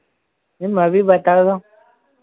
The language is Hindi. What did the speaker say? मैम अभी बता दो